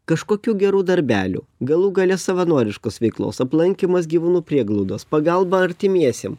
kažkokių gerų darbelių galų gale savanoriškos veiklos aplankymas gyvūnų prieglaudos pagalba artimiesiem